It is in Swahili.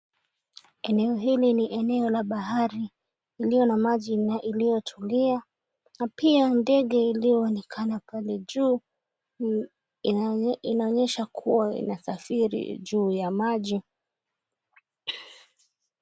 Eneo hili ni eneo la bahari, iliyo na maji na iliyotulia na pia ndege ilioonekana pale juu inaonyesha kuwa inasafiri juu ya maji.